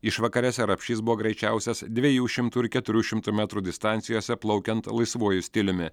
išvakarėse rapšys buvo greičiausias dviejų šimtų ir keturių šimtų metrų distancijose plaukiant laisvuoju stiliumi